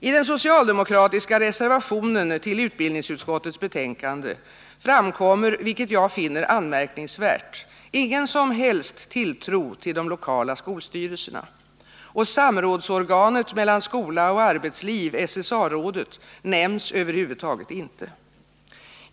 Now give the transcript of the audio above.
I den socialdemokratiska reservationen till utbildningsutskottets betänkande framkommer -— vilket jag finner anmärkningsvärt — ingen som helst tilltro till de lokala skolstyrelserna, och samrådsorganet mellan skola och arbetsliv, SSA-rådet, nämns över huvud taget inte.